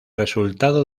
resultado